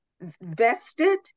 vested